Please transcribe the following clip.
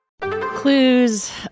Clues